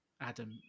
Adam